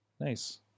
Nice